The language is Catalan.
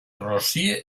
rossí